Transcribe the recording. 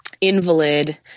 Invalid